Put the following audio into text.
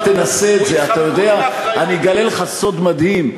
אגלה לכם סוד מדהים.